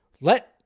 let